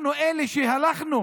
אנחנו אלה שהלכנו